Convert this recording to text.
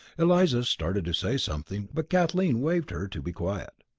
eliza started to say something, but kathleen waved her to be quiet.